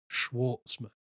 Schwartzman